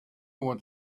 want